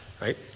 right